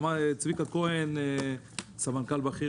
אנחנו הלקוח, אמר צביקה כהן, סמנכ"ל בכיר.